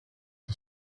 een